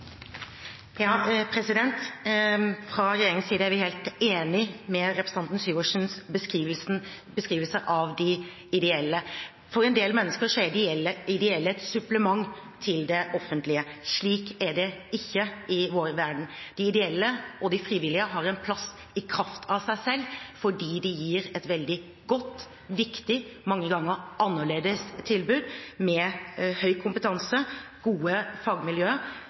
Fra regjeringens side er vi helt enig i representanten Syversens beskrivelse av de ideelle. For en del mennesker er de ideelle et supplement til det offentlige. Slik er det ikke i vår verden. De ideelle og de frivillige har en plass i kraft av seg selv fordi de gir et veldig godt og viktig – og mange ganger annerledes – tilbud med høy kompetanse og gode fagmiljøer.